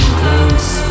close